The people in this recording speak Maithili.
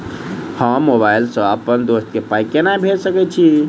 हम मोबाइल सअ अप्पन दोस्त केँ पाई केना भेजि सकैत छी?